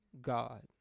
God